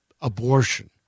abortion